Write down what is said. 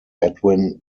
edwin